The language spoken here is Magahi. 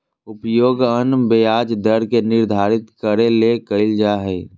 उपयोग अन्य ब्याज दर के निर्धारित करे ले कइल जा हइ